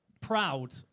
proud